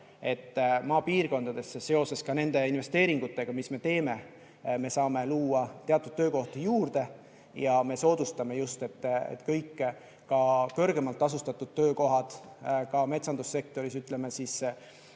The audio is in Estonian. maapiirkondadesse seoses nende investeeringutega, mis me teeme, me saame luua teatud töökohti juurde ja me soodustame just seda, et kõik kõrgemalt tasustatud töökohad, ka metsandussektoris, ütleme,